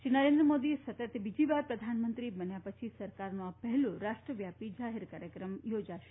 શ્રી નરેન્દ્રમોદી સતત બીજીવાર પ્રધાનમંત્રી બન્યા પછી સરકારનો આ પહેલો રાષ્ટ્રવ્યાપી જાહેર કાર્યક્રમ યોજાશે